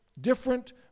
different